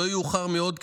לא יאוחר מעוד כשבוע,